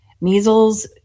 measles